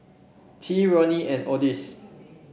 Tea Ronnie and Odis